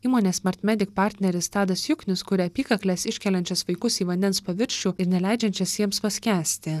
įmonės martmedik partneris tadas juknius kuria apykakles iškeliančias vaikus į vandens paviršių ir neleidžiančias jiems paskęsti